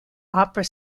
opera